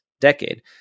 decade